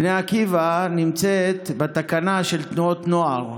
בני עקיבא נמצאת בתקנה של תנועות נוער,